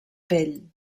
pell